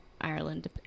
Ireland